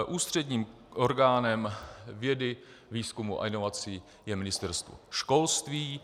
Ústředním orgánem vědy, výzkumu a inovací je Ministerstvo školství.